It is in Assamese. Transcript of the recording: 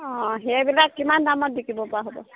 অঁ সেইবিলাক কিমান দামত বিকিব পৰা হ'ব